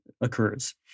occurs